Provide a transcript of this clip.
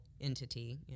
entity